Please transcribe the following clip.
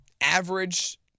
average